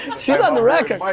she's on the record.